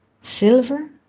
silver